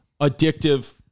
addictive